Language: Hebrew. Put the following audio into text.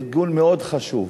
ארגון מאוד חשוב.